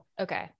okay